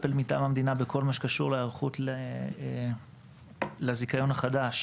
המדינה בכל מה שקשור להיערכות לזיכיון החדש